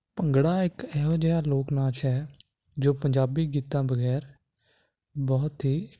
ਭੰਗੜਾ ਇੱਕ ਇਹੋ ਜਿਹਾ ਲੋਕ ਨਾਚ ਹੈ ਜੋ ਪੰਜਾਬੀ ਗੀਤਾਂ ਬਗੈਰ ਬਹੁਤ ਹੀ